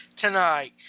tonight